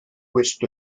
west